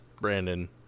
Brandon